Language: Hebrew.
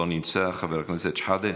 לא נמצא, חבר הכנסת שחאדה,